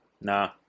nah